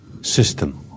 system